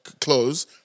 close